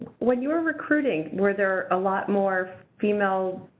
when you were recruiting, were there a lot more female,